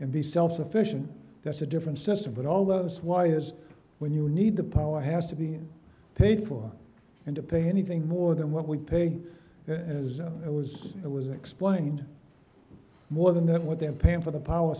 and be self sufficient that's a different system but all those was when you need the power has to be paid for and to pay anything more than what we pay as it was it was explained more than what they're paying for the power